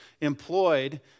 employed